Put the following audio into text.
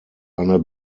eine